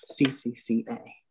CCCA